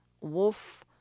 wolf